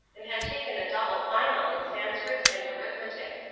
and had taken a double final in sanscrit and arithmetic.